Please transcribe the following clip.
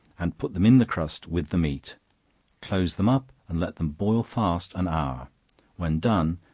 and put them in the crust with the meat close them up, and let them boil fast an hour when done,